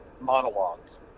monologues